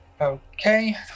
Okay